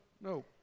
no